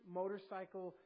motorcycle